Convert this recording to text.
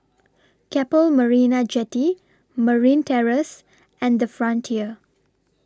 Keppel Marina Jetty Marine Terrace and The Frontier